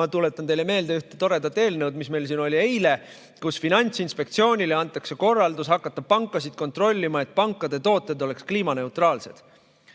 Ma tuletan teile meelde ühte toredat eelnõu, mis meil siin oli eile, kus Finantsinspektsioonile antakse korraldus hakata pankasid kontrollima, et pankade tooted oleksid kliimaneutraalsed.